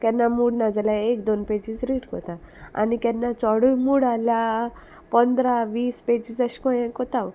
केन्ना मूड नाजाल्या एक दोन पेजीस रीड कोता आनी केन्ना चोडूय मूड आहल्या पोंदरा वीस पेजीस अशें कों कोता आंव